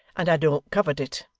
and i don't covet it